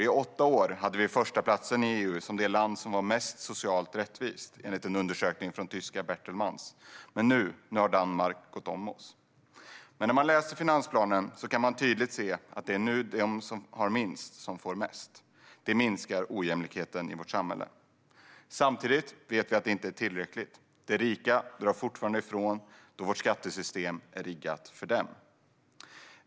I åtta år hade vi förstaplatsen i EU som det land som är mest socialt rättvist, enligt en undersökning från tyska Bertelsmann. Nu har Danmark gått om oss. När man läser finansplanen kan man tydligt se att det är de som har minst som får mest nu. Detta minskar ojämlikheten i vårt samhälle. Samtidigt vet vi att det inte är tillräckligt. De rika drar fortfarande ifrån, då vårt skattesystem är riggat för dem.